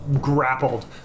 grappled